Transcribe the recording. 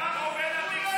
הוא לא יכול.